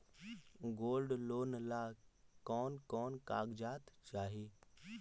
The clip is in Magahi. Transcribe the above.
गोल्ड लोन ला कौन कौन कागजात चाही?